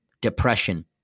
depression